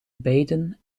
beide